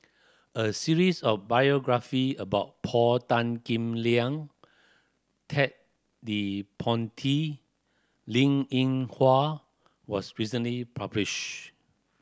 a series of biography about Paul Tan Kim Liang Ted De Ponti Linn In Hua was recently published